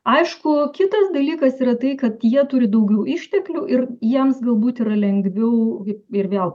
aišku kitas dalykas yra tai kad jie turi daugiau išteklių ir jiems galbūt yra lengviau ir vėl